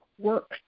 Work